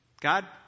God